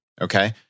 Okay